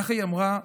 כך היא אמרה בדיון.